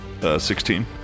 16